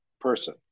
person